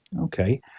Okay